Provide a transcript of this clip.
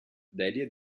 delia